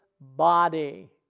body